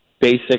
basic